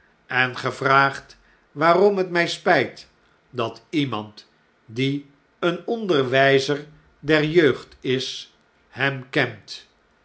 en ge vraagt waarom het mjj spjjt dat iemand die eenonderwyzer der jeugd is hem kent